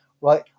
right